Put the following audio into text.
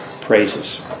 praises